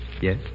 Yes